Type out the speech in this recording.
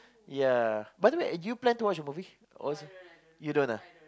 ya by the way do you plan to watch the movie or so you don't ah